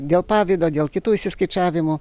dėl pavydo dėl kitų išsiskaičiavimų